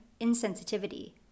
insensitivity